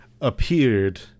appeared